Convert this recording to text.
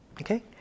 Okay